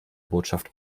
botschaft